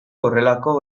horrelako